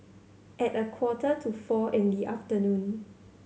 at a quarter to four in the afternoon